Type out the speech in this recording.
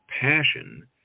passion